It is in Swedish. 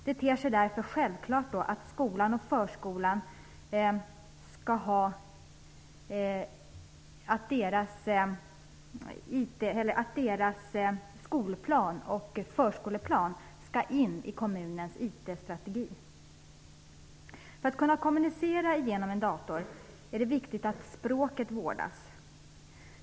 Det ter sig därför självklart att förskoleplanen och skolplanen skall in i kommunens IT För att kunna kommunicera genom en dator är det viktigt att språket vårdas.